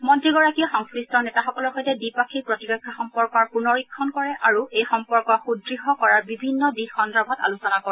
মন্ত্ৰীগৰাকীয়ে সংশ্লিষ্ট নেতাসকলৰ সৈতে দ্বিপাক্ষিক প্ৰতিৰক্ষা সম্পৰ্কৰ পুনৰীক্ষণ কৰে আৰু এই সম্পৰ্ক সুদ্ঢ় কৰাৰ বিভিন্ন দিশ সন্দৰ্ভত আলোচনা কৰে